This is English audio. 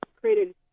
created